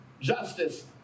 Justice